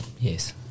Yes